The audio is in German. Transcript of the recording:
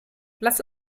lasst